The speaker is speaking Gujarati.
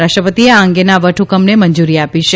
રાષ્ટ્રપતિએ આ અંગેના વટહ્કમને મંજૂરી આપી છે